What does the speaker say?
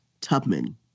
Tubman